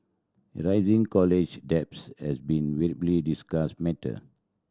rising college debt has been widely discussed matter